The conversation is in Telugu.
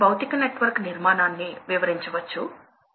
మోటార్లు పెద్ద మొత్తంలో ఎలక్ట్రిక్ పవర్ ని వినియోగిస్తుంది